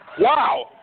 Wow